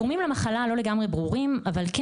הגורמים למחלה לא לגמרי ברורים אבל כן